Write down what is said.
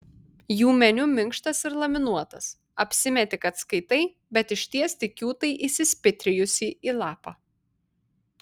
jų meniu minkštas ir laminuotas apsimeti kad skaitai bet išties tik kiūtai įsispitrijusi į lapą